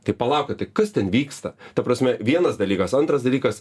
tai palaukit tai kas ten vyksta ta prasme vienas dalykas antras dalykas